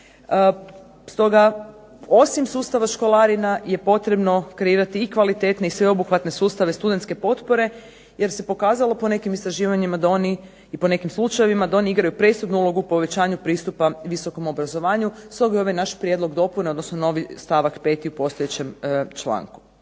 stoga osim sustava školarina je potrebno kreirati i kvalitetne i sveobuhvatne sustave studentske potpore jer se pokazalo po nekim istraživanjima i po nekim slučajevima da oni igraju presudnu ulogu u povećanju pristupa visokom obrazovanju. Stoga je ovaj naš prijedlog dopune, odnosno novi stavak 5. u postojećem članku.